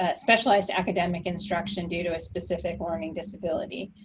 ah specialized academic instruction due to a specific learning disability.